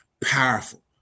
powerful